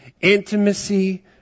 Intimacy